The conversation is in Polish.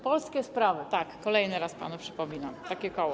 Polskie Sprawy, tak, kolejny raz panu przypominam, takie koło.